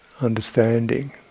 understanding